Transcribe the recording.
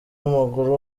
w’amaguru